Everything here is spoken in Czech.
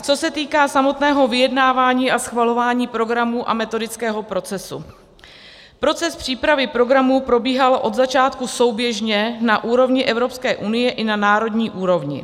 Co se týká samotného vyjednávání a schvalování programů a metodického procesu, proces přípravy programů probíhal od začátku souběžně na úrovni Evropské unie i na národní úrovni.